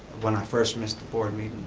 when i first missed the board meeting.